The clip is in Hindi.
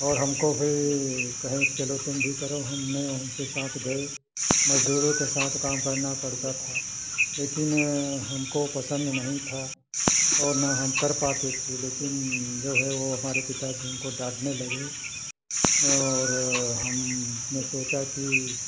और हमको भी कहें कि चलो तुम भी करो हमने उनके साथ गए मजदूरों के साथ काम करना पड़ता था लेकिन हमको पसंद नहीं था और ना हम कर पाते थे लेकिन जो है वो हमारे पिता जी हमको डांटने लगे और हमने सोचा की